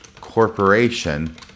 corporation